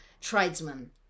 tradesmen